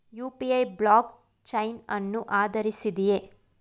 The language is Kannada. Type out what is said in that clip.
ಯು.ಪಿ.ಐ ಬ್ಲಾಕ್ ಚೈನ್ ಅನ್ನು ಆಧರಿಸಿದೆಯೇ?